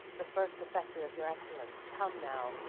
the first affecter of your excellence, come now,